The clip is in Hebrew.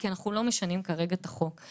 כי אנחנו לא משנים כרגע את החוק.